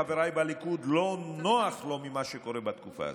חבריי בליכוד, לא נוח עם מה שקורה בתקופה הזאת.